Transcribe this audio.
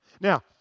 Now